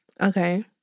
Okay